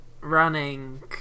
Running